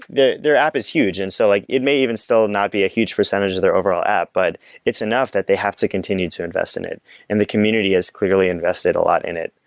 their app is huge. and so like it may even still not be a huge percentage of their overall app, but it's enough that they have to continue to invest in it and the community has clearly invested a lot in it.